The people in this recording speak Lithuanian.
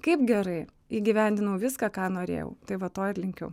kaip gerai įgyvendinau viską ką norėjau tai va to ir linkiu